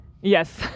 Yes